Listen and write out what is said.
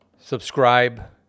Subscribe